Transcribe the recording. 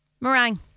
Meringue